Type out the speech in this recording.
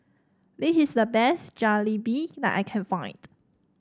this is the best Jalebi that I can find